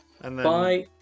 Bye